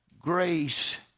grace